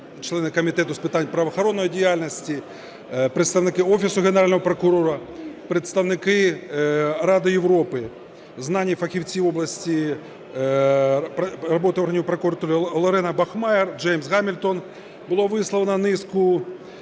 члени Комітету з питань правоохоронної діяльності, представники Офісу Генерального прокурора, представники Ради Європи, знані фахівці в області роботи органів прокуратури (Лорена Бахмайер, Джеймс Гамільтон). Було висловлено низку